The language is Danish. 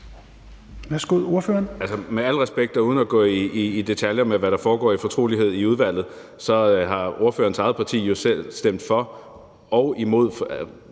Med al respekt og uden at gå i detaljer med, hvad der foregår i fortrolighed i udvalget, vil jeg sige, at ordførerens eget parti jo selv har stemt for og imod